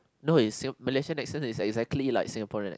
no is Malaysian accent is exactly like Singaporean accent